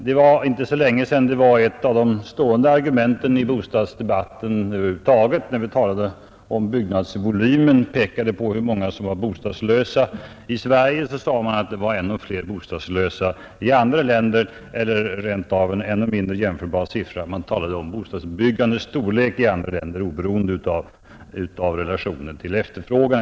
För inte så länge sedan var det ett av de stående argumenten när vi talade om byggnadsvolymen och pekade på hur många som var bostadslösa i Sverige. Då sade man att det var ännu fler bostadslösa i andra länder eller — en ännu mindre jämförbar siffra — talade om bostadsbyggandets storlek i andra länder oberoende av relationer till efterfrågan.